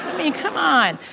i mean, come on!